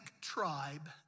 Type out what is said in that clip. tribe